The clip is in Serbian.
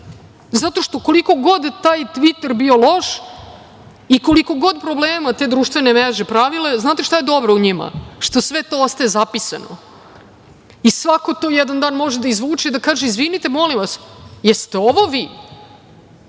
zato što koliko god taj tviter bio loš i god problema te društvene mreže pravile, znate šta je dobro u njima, što sve to ostaje zapisano i svako to jednog dana može da izvuče i da kaže – izvinite molim vas, jeste li ovo vi,